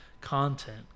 content